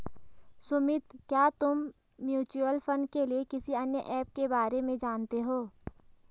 सुमित, क्या तुम mutual fund के लिए किसी अन्य ऐप के बारे में जानते हो?